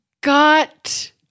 got